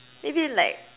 maybe like